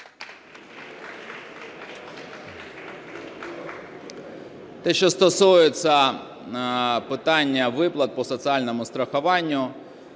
Те, що стосується питання виплат по соціальному страхуванню,